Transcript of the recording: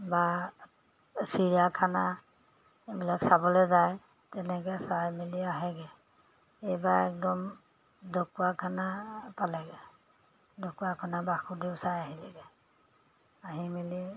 বা চিৰিয়াখানা এইবিলাক চাবলৈ যায় তেনেকৈ চাই মেলি আহেগৈ এইবাৰ একদম ঢকুৱাখানা পালেগৈ ঢকুৱাখানা বাসুদেও চাই আহিলেগৈ আহি মেলি